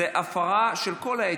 זאת הפרה של כל האתיקה.